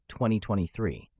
2023